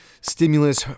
stimulus